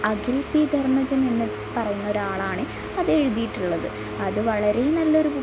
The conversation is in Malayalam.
അഖിൽ പി ധർമ്മജൻ എന്ന് പറയുന്ന ഒരാളാണ് അതെഴുതിയിട്ടുള്ളത് അത് വളരെ നല്ലൊരു